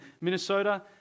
Minnesota